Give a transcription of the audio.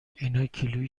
ایناکیلویی